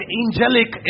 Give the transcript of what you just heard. angelic